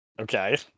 okay